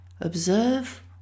observe